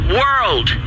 world